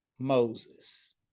moses